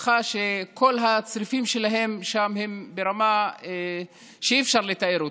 משפחה שכל הצריפים שלהם שם הם ברמה שאי-אפשר לתאר אותה.